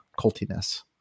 cultiness